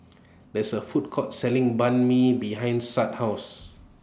There IS A Food Court Selling Banh MI behind Shad's House